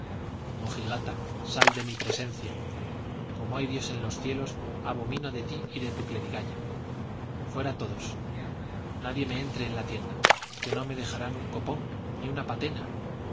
mojigata sal de mi presencia como hay dios en los cielos abomino de ti y de tu clerigalla fuera todos nadie me entre en la tienda que no me dejarán un copón ni una patena